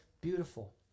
beautiful